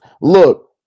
Look